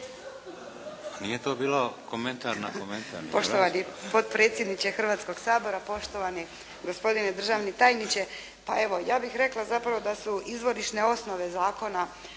nije to bio komentar na komentar,